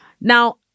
now